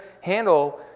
handle